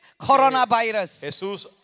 coronavirus